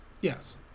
Yes